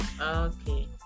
Okay